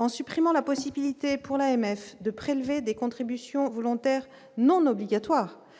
en supprimant la possibilité pour l'AMF de prélever des contributions volontaires non obligatoire